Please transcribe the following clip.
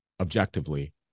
objectively